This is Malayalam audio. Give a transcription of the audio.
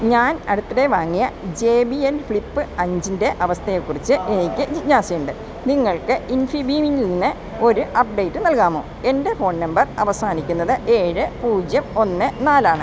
ഞാൻ അടുത്തിടെ വാങ്ങിയ ജെ ബി എൽ ഫ്ലിപ്പ് അഞ്ചിൻ്റെ അവസ്ഥയെക്കുറിച്ച് എനിക്ക് ജിജ്ഞാസയുണ്ട് നിങ്ങൾക്ക് ഇൻഫിബീമിൽ നിന്ന് ഒരു അപ്ഡേറ്റ് നൽകാമോ എൻ്റെ ഫോൺ നമ്പർ അവസാനിക്കുന്നത് ഏഴ് പൂജ്യം ഒന്ന് നാലാണ്